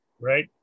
right